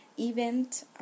event